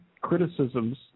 criticisms